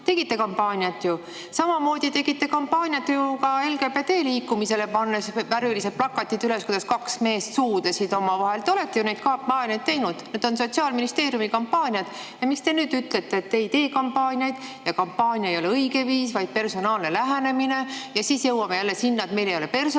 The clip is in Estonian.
Tegite kampaaniat ju! Samamoodi tegite kampaaniat ka LGBT liikumisele, pannes üles värvilised plakatid, kus kaks meest suudlesid omavahel. Te olete ju neid kampaaniaid teinud, need on Sotsiaalministeeriumi kampaaniad. Miks te nüüd ütlete, et te ei tee kampaaniaid ja et kampaania ei ole õige viis, õige on personaalne lähenemine? Aga siis jõuame jälle sinna, et meil ei ole personali